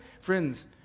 friends